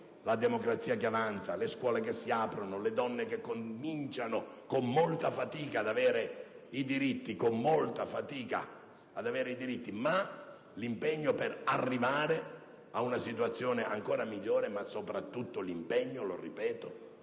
la democrazia che avanza, le scuole che si aprono, le donne che cominciano con molta fatica ad avere diritti; l'impegno per arrivare ad una situazione ancora migliore; ma, soprattutto, l'impegno - lo ripeto